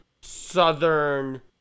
southern